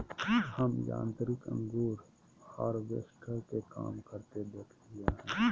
हम यांत्रिक अंगूर हार्वेस्टर के काम करते देखलिए हें